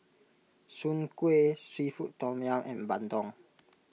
Soon Kway Seafood Tom Yum and Bandung